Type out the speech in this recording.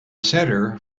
centre